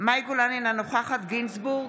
מאי גולן, אינה נוכחת איתן גינזבורג,